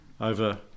over